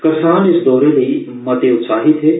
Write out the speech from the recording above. करसान इस दौरे लेई मते उत्साहित हे